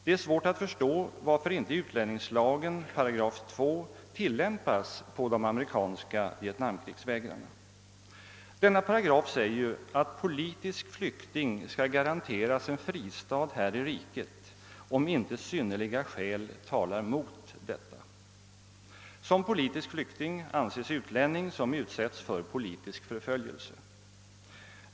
Det är svårt att förstå varför inte 2 § utlänningslagen tillämpas på de amerikanska vietnamkrigsvägrarna. Denna paragraf säger att politisk flykting skall garanteras en fristad här i riket, om inte synnerliga skäl talar mot detta. Som politisk flykting anses utlänning som utsätts för politisk förföljelse.